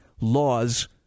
laws